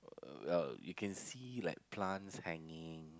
uh oh you can see like plants hanging